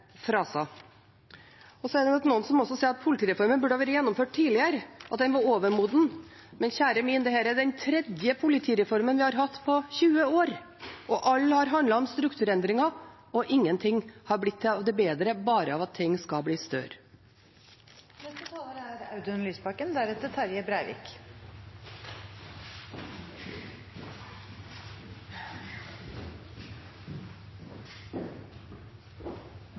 Så er det nok noen som sier at politireformen burde vært gjennomført tidligere, og at den var overmoden, men kjære vene: Dette er den tredje politireformen vi har hatt på 20 år, og alle har handlet om strukturendringer, og ingenting har blitt bedre av at ting bare skal bli større. Jeg skal